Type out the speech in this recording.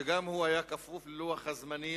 שגם הוא היה כפוף ללוח הזמנים